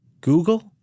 Google